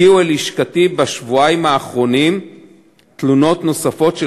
הגיעו אל לשכתי בשבועיים האחרונים תלונות נוספות של